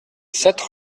sept